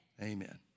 Amen